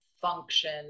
function